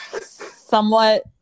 Somewhat